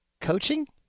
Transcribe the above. coaching